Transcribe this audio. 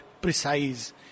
precise